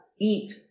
eat